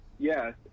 yes